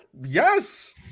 Yes